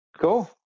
Cool